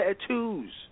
tattoos